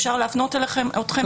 אפשר להפנות אתכם לשם.